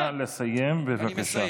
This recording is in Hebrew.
נא לסיים, בבקשה.